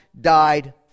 died